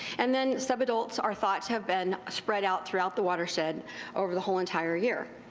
and then sub-adults are thought to have been spread out throughout the watershed over the whole entire year.